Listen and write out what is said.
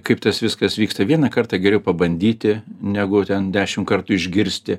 kaip tas viskas vyksta vieną kartą geriau pabandyti negu ten dešim kartų išgirsti